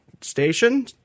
station